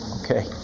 Okay